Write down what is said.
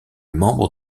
membre